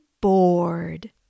bored